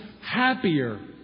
happier